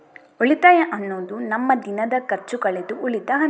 ಉಳಿತಾಯ ಅನ್ನುದು ನಮ್ಮ ದಿನದ ಖರ್ಚು ಕಳೆದು ಉಳಿದ ಹಣ